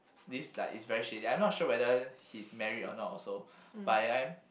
this like is very shady I'm not sure whether he's married or not also but in the end